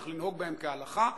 צריך לנהוג בהם כהלכה,